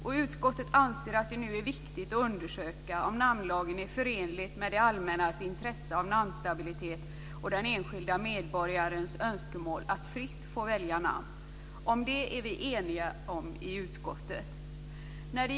Och utskottet anser att det nu är viktigt att undersöka om namnlagen är förenlig med det allmännas intresse av namnstabilitet och den enskilda medborgarens önskemål att fritt få välja namn. Om det är vi eniga i utskottet.